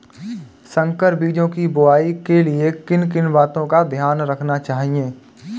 संकर बीजों की बुआई के लिए किन किन बातों का ध्यान रखना चाहिए?